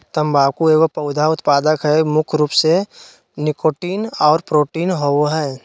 तम्बाकू एगो पौधा उत्पाद हइ मुख्य रूप से निकोटीन और प्रोटीन होबो हइ